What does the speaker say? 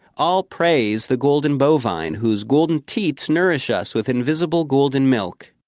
all praise the golden bovine, whose golden teats nourish us with invisible golden milk.